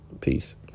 Peace